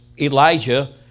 Elijah